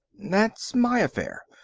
that's my affair.